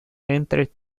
enemigas